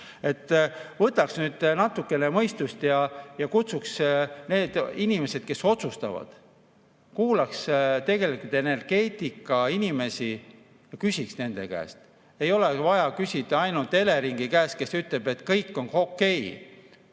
on. Võtaks nüüd natukene mõistust [appi] ja kutsuks [kohale] need inimesed, kes otsustavad. Kuulaks tegelikult energeetikainimesi ja küsiks nende käest. Ei ole vaja küsida ainult Eleringi käest, kes ütleb, et kõik on okei.